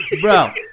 Bro